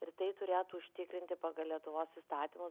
ir tai turėtų užtikrinti pagal lietuvos įstatymus